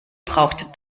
braucht